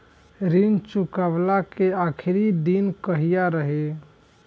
ऋण चुकव्ला के आखिरी दिन कहिया रही?